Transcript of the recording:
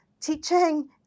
teaching